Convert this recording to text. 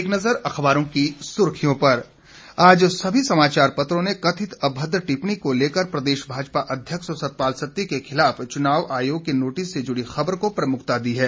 एक नज़र अखबारों की सुर्खियों पर आज सभी समाचार पत्रों ने कथित अभद्र टिप्पणी को लेकर प्रदेश भाजपा अध्यक्ष सतपाल सत्ती के खिलाफ चुनाव आयोग के नोटिस से जुड़ी खबर को प्रमुखता दी है